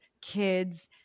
kids